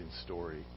story